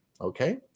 okay